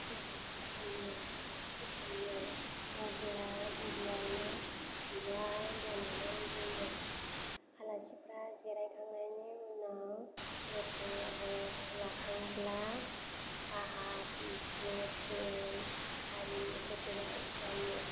जेब्ला जोंनियाव आलासि फैयो अब्ला गिबियावनो चेयार बनानै होयो आलासिफोरा जिरायखांनायनि उनाव दसे रेस्ट लाखांब्ला साहा बिस्कुट दै आरि होफैनाय जायो